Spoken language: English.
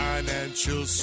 Financial